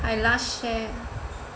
I just share